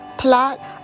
plot